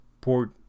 port